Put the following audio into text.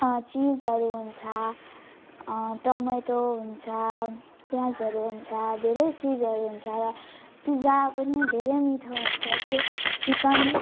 चिजहरू हुन्छ टमेटो हुन्छ प्याजहरू हुन्छ धेरै चिजहरू हुन्छ र पिज्जा पनि धेरै मिठो हुन्छ जस्तै चिकन